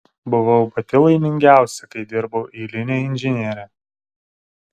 buvau pati laimingiausia kai dirbau eiline inžiniere